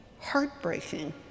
heartbreaking